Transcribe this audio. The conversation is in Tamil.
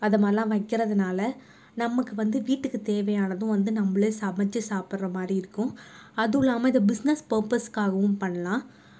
அதை மாதிரிலாம் வைக்கிறதுனால் நமக்கு வந்து வீட்டுக்கு தேவையானதும் வந்து நம்பளே சமச்சு சாப்புடுற மாதிரி இருக்கும் அதுவும் இல்லாமல் இதை பிஸ்னஸ் பேர்பர்ஸ்காகவும் பண்ணலாம்